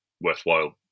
worthwhile